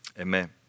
amen